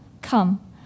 come